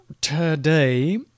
today